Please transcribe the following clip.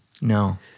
No